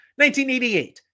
1988